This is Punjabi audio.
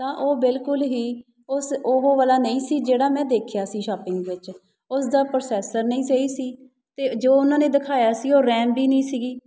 ਤਾਂ ਉਹ ਬਿਲਕੁਲ ਹੀ ਉਸ ਉਹ ਵਾਲਾ ਨਹੀਂ ਸੀ ਜਿਹੜਾ ਮੈਂ ਦੇਖਿਆ ਸੀ ਸ਼ੋਪਿੰਗ ਵਿੱਚ ਉਸਦਾ ਪ੍ਰੋਸੈਸਰ ਨਹੀਂ ਸਹੀ ਸੀ ਅਤੇ ਜੋ ਉਹਨਾਂ ਨੇ ਦਿਖਾਇਆ ਸੀ ਉਹ ਰੈਮ ਵੀ ਨਹੀਂ ਸੀਗੀ